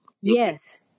Yes